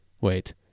Wait